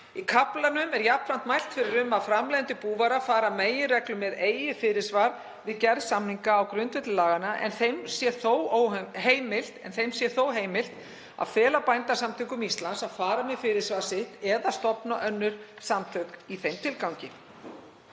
Í kaflanum er jafnframt mælt fyrir um að framleiðendur búvara fari að meginreglu með eigið fyrirsvar við gerð samninga á grundvelli laganna en þeim sé þó heimilt að fela Bændasamtökum Íslands að fara með fyrirsvar sitt eða stofna önnur samtök í þeim tilgangi.